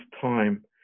time